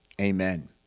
amen